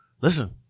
listen